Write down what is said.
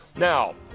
now,